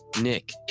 Nick